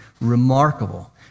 remarkable